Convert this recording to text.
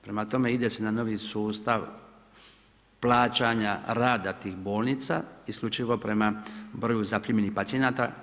Prema tome, ide se na novi sustav plaćanja rada tih bolnica, isključivo prema broju zaprimljenih pacijenata.